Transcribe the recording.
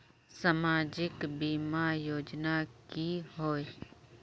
सामाजिक बीमा योजना की होय?